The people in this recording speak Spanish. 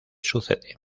sucede